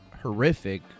horrific